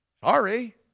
Sorry